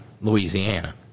Louisiana